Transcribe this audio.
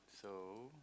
so